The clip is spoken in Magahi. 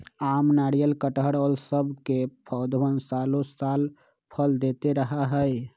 आम, नारियल, कटहल और सब के पौधवन सालो साल फल देते रहा हई